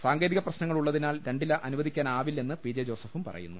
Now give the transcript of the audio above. സാങ്കേതിക പ്രശ്നങ്ങളുള്ള തിനാൽ രണ്ടില അനുവദിക്കാനാവില്ലെന്ന് പി ജെ ജോസഫും പറയുന്നു